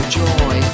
joy